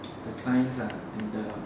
the clients ah and the